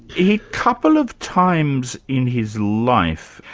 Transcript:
a couple of times in his life,